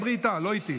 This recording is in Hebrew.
תדברי איתה, לא איתי.